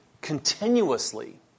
continuously